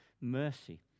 mercy